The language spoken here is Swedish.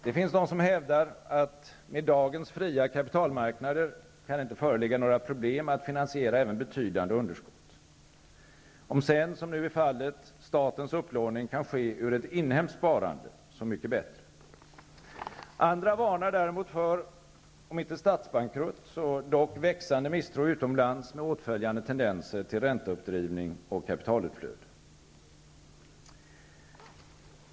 Det finns de som hävdar att det med dagens fria kapitalmarknader inte kan föreligga några problem att finansiera även betydande underskott. Om sedan -- som nu är fallet -- statens upplåning kan ske ur ett inhemskt sparande, så mycket bättre. Andra varnar däremot för, om inte statsbankrutt, så dock växande misstro utomlands med åtföljande tendenser till ränteuppdrivning och kapitalutflöde.